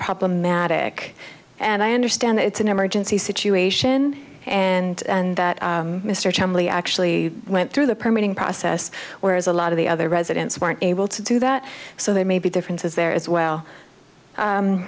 problematic and i understand it's an emergency situation and that mr chumley actually went through the permitting process whereas a lot of the other residents weren't able to do that so they may be differences there as well